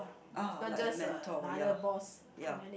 ah like a mentor ya ya